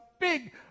Big